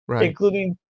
including